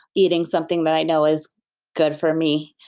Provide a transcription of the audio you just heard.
eating something that i know is good for me,